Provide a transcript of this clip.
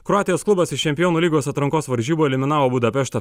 kroatijos klubas iš čempionų lygos atrankos varžybų eliminavo budapešto